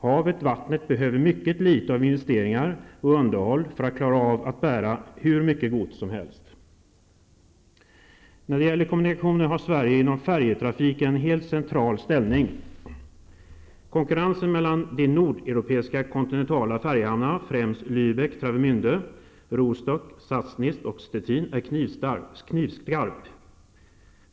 Havet, vattnet, behöver mycket litet av investeringar och underhåll för att klara av att bära hur mycket gods som helst. När det gäller kommunikationer har Sverige genom färjetrafiken en central ställning. Travemünde, Rostock, Sassnitz och Szczecin -- är knivskarp.